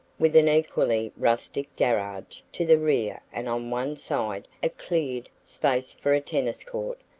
with an equally rustic garage to the rear and on one side a cleared space for a tennis court.